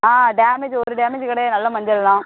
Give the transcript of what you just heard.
damage ஒரு damage கிடையாது நல்ல மஞ்சள் தான்